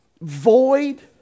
Void